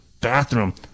bathroom